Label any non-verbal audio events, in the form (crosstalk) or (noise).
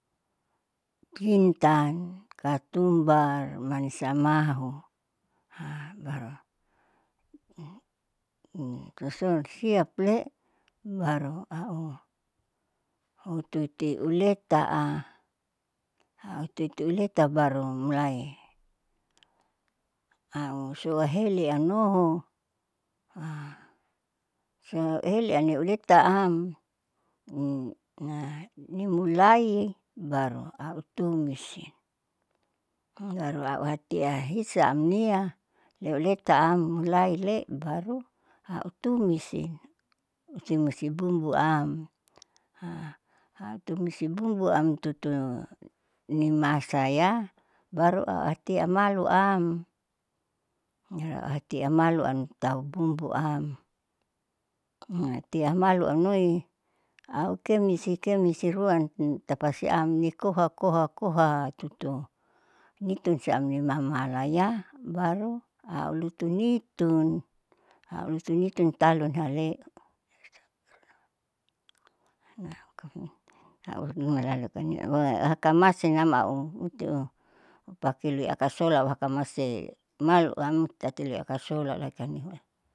Jintan, katumbar, manisiamahu. (hesitation) baru (noise) sosoun siaple baru au tuti uleta'a aututi uleta baru mulai ausoaheli anoho (hesitation) siaauheli aniuleta'am (hesitation) nimulai baru au tumisi, baru auhatia hisa amnia leuleta am laule baru autumisin. Atumisi bumbuam (hesitation) au tumisi bumbumam tutu nima saya baru auhatiya amaluam, ahatiaamalu antau bumbu am (hesitation) tianam malu amnoi au kemisi kemisi ruanti tapasiam nikoha koha koha tutu nitumsiam ninimalaya baru aulutu nitun. aulutunitun talu hale'e (unintelligible) nahunuma lalukoine huma hakamsinam au utupaki luiakasola auhakamasi maluam tatili akasola latanihuen.